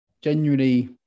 Genuinely